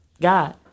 God